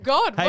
God